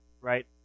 right